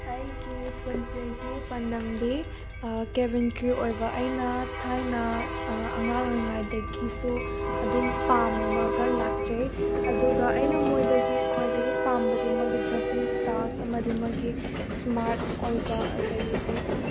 ꯑꯩꯒꯤ ꯄꯨꯟꯁꯤꯒꯤ ꯄꯥꯟꯗꯝꯅꯤ ꯀꯦꯕꯤꯟ ꯀ꯭ꯔꯨ ꯑꯣꯏꯕ ꯑꯩꯅ ꯊꯥꯏꯅ ꯑꯉꯥꯡ ꯑꯣꯏꯔꯤꯉꯩꯗꯒꯤꯁꯨ ꯑꯗꯨꯝ ꯄꯥꯝꯃꯒ ꯂꯥꯛꯆꯩ ꯑꯗꯨꯒ ꯑꯩꯅ ꯃꯣꯏꯗꯒꯤ ꯈ꯭ꯋꯥꯏꯗꯒꯤ ꯄꯥꯝꯕꯗꯤ ꯃꯣꯏꯒꯤ ꯗ꯭ꯔꯦꯁꯤꯡ ꯏꯁꯇꯥꯏꯜ ꯑꯃꯗꯤ ꯃꯣꯏꯒꯤ ꯏꯁꯃꯥꯔꯠ ꯑꯣꯏꯕ ꯑꯗꯨꯗꯒꯤꯗꯤ